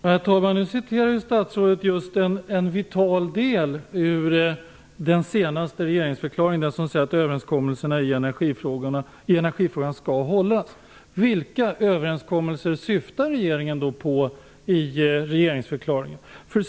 Herr talman! Statsrådet citerade just en vital del ur den senaste regeringsförklaringen som säger att överenskommelserna i energifrågan skall hållas. Vilka överenskommelser syftar då regeringen på i regeringsförklaringen?